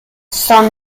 son